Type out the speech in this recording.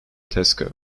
tesco